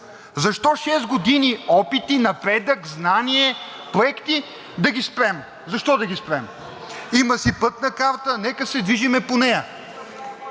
Защо шест години опити, напредък, знание, проекти да ги спрем? Защо да ги спрем? Има си пътна карта, нека се движим по нея.